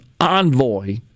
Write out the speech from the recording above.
envoy